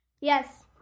Yes